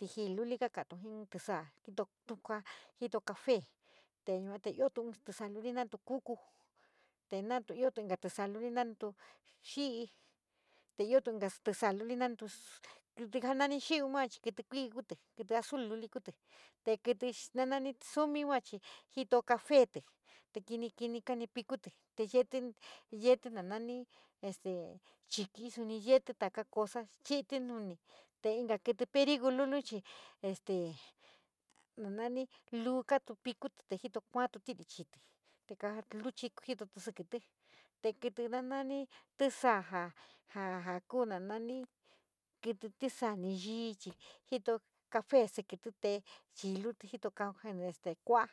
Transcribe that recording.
íjii luli ka katu ji in tisaa jiio jito café te yua, iotu in tisaa luli natu kuku, te natu io tu tisaa luli nanitu xii, te iotu inka tísaa luli nanitu kítí nani xi´i yuachi kítí kui kuutí, kítí azul luli kutí te kítí nanani suni yuachi jito café te kini, kini kani pikutí yeetí, yeetí na nani tísaa ja, ja, jakuu na nani kítí tísaa ni yii, jito café síkítí te chiluliti jito cal kua´a cal kua´a.